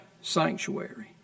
sanctuary